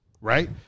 right